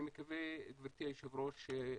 אני מקווה, גברתי היושבת ראש,